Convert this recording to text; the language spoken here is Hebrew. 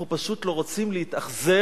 אנחנו פשוט לא רוצים להתאכזר